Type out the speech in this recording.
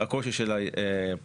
הקושי של הפרסונליות